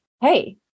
hey